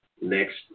next